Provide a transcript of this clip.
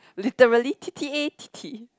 literally tete-a-tete